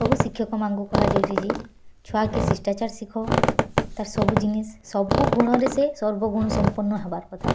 ସବୁ ଶିକ୍ଷକମାନଙ୍କୁ କୁହାଯାଉଚି ଯେ ଛୁଆକେ ଶିଷ୍ଟାଚାର୍ ଶିଖ ତାର୍ ସବୁ ଜିନିଷ୍ ତାର୍ ଗୁଣରେ ସେ ସର୍ବଗୁଣ ସମ୍ପର୍ଣ୍ଣ ହବାର୍ କଥା